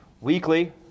weekly